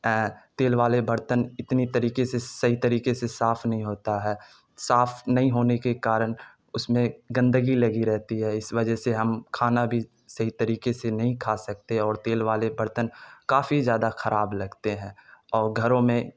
تیل والے برتن اتنی طریقے سے صحیح طریقے سے صاف نہیں ہوتا ہے صاف نہیں ہونے کے کارن اس میں گندگی لگی رہتی ہے اس وجہ سے ہم کھانا بھی صحیح طریقے سے نہیں کھا سکتے اور تیل والے برتن کافی زیادہ خراب لگتے ہیں اور گھروں میں